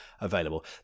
available